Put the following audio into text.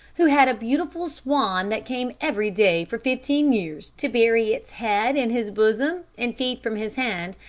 who had a beautiful swan that came every day for fifteen years, to bury its head in his bosom and feed from his hand,